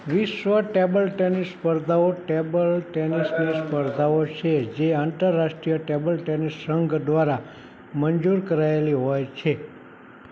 વિશ્વ table tennis સ્પર્ધાઓ table ટેનિસની સ્પર્ધાઓ છે જે આંતરરાષ્ટ્રીય ટેબલ ટેનિસ સંઘ દ્વારા મંજૂર કરાયેલી હોય છે